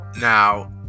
Now